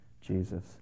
Jesus